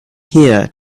here